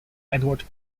edward